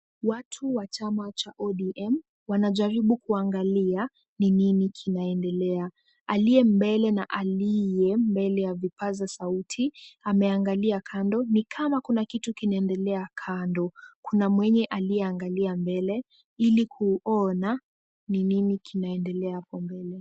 Watu wa chama cha ODM wanajaribu kuangalia ni nini kinaendelea. Aliye mbele na aliye mbele ya vipaza sauti ameangalia kando ni kama kuna kitu kinaendelea kando. Kuna mwenye aliyeangalia mbele ili kuona ni nini kinaendelea hapo mbele.